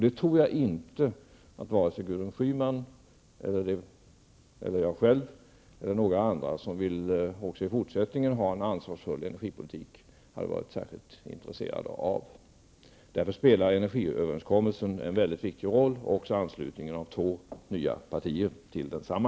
Det tror jag inte vare sig Gudrun Schyman eller jag själv eller några andra som vill ha en ansvarsfull energipolitik hade varit intresserade av. Därför spelar energiöverenskommelsen en viktig roll, liksom anslutningen av två nya partier till den samma.